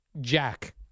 Jack